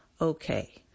okay